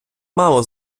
мало